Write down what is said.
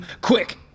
Quick